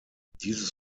dieses